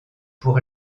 pour